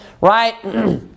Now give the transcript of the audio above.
right